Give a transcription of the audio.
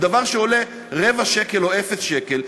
דבר שעולה רבע שקל או אפס שקל,